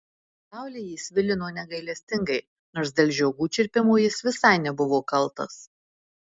saulė jį svilino negailestingai nors dėl žiogų čirpimo jis visai nebuvo kaltas